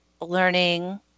learning